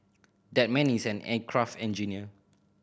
that man is an aircraft engineer